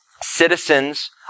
Citizens